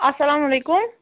السلام علیکُم